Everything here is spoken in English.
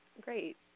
Great